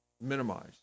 Minimize